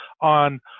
on